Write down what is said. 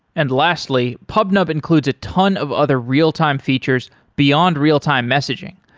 and lastly, pubnub includes a ton of other real-time features beyond real-time messaging,